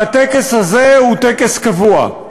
והטקס הזה הוא טקס קבוע.